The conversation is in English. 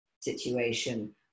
situation